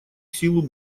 силу